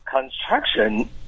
construction